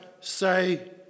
say